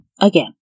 again